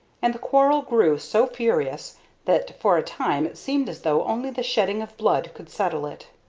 and the quarrel grew so furious that for a time it seemed as though only the shedding of blood could settle it.